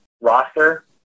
roster